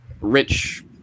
rich